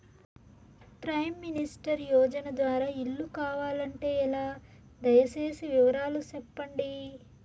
Prime minister యోజన ద్వారా ఇల్లు కావాలంటే ఎలా? దయ సేసి వివరాలు సెప్పండి?